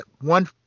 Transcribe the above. one